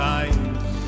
eyes